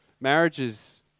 Marriages